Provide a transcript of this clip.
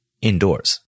indoors